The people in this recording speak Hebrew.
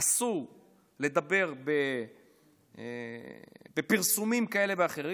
אסור לדבר בפרסומים כאלה ואחרים.